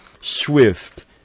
swift